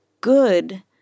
good